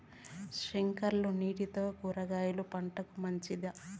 స్ప్రింక్లర్లు నీళ్లతో కూరగాయల పంటకు మంచిదా?